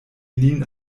lin